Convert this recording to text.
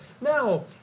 now